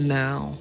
now